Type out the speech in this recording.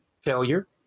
failure